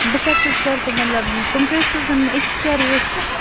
بہٕ کر ژےٚ سٍتۍ مطلب تِم کٕتِس حظ یِنۍ مےٚ أکِس کیٛاہ ریٹ چھِ